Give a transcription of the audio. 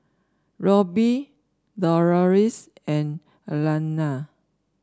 Robbie Deloris and Alana